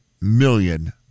million